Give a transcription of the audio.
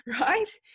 right